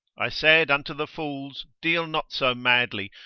i said unto the fools, deal not so madly,